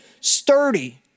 sturdy